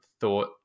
thought